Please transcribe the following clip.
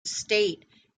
estate